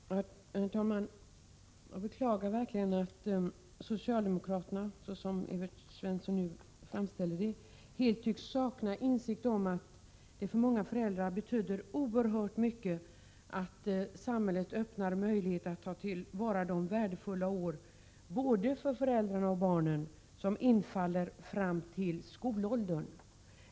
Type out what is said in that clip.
Herr talman! Jag beklagar verkligen att socialdemokraterna — som Evert Svensson nu framställer det — helt tycks sakna insikt om att det för många föräldrar betyder oerhört mycket att samhället öppnar möjlighet att ta till vara de värdefulla år, för både föräldrarna och barnen, som infaller fram till skolåldern.